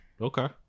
Okay